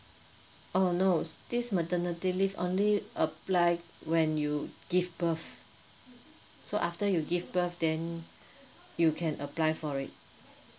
oh no this maternity leave only apply when you give birth so after you give birth then you can apply for it